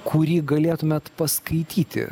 kurį galėtumėt paskaityti